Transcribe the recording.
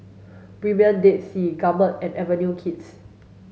Premier Dead Sea Gourmet and Avenue Kids